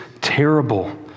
terrible